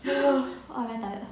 you know oh my god